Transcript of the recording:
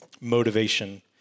Motivation